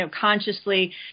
consciously